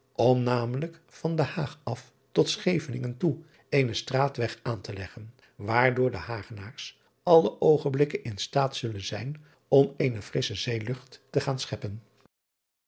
om namelijk van den aag af tot cheveningen toe eenen traatweg aan te leggen waardoor de agenaars alle oogenblikken in slaat zullen zijn om eene frissche zeelucht te gaan scheppen